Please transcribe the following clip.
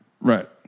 Right